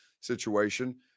situation